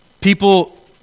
people